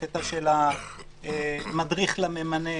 בקטע של המדריך לממנה,